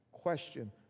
question